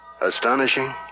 Astonishing